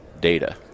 data